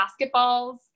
basketballs